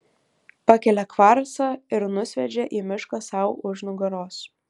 pakelia kvarcą ir nusviedžia į mišką sau už nugaros